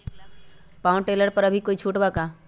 Power tiller पर अभी कोई छुट बा का?